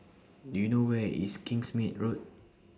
Do YOU know Where IS Kingsmead Road